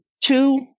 two